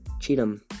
Cheatham